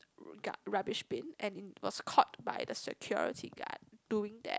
r~ gar~ rubbish bin and in was caught by the security guard doing that